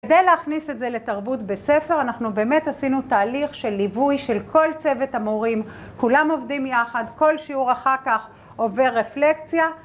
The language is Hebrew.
כדי להכניס את זה לתרבות בית ספר, אנחנו באמת עשינו תהליך של ליווי של כל צוות המורים, כולם עובדים יחד, כל שיעור אחר כך עובר רפלקציה.